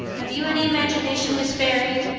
have you any imagination, miss barry?